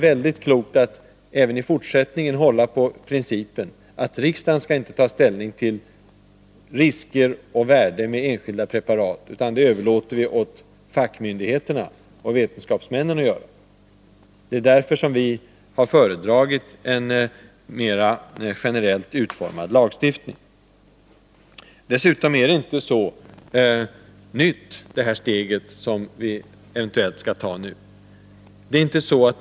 Vi bör även i fortsättningen hålla på principen att riksdagen inte skall ta ställning till risker och värde med enskilda preparat, utan överlåta detta till fackmyndigheterna och vetenskapsmännen. Därför har vi föredragit en generellt utformad lagstiftning. Dessutom: det steg som vi nu eventuellt skall ta är inte så nytt.